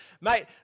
mate